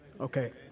Okay